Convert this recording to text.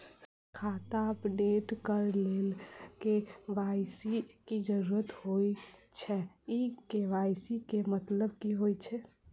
Sir खाता update करऽ लेल के.वाई.सी की जरुरत होइ छैय इ के.वाई.सी केँ मतलब की होइ छैय?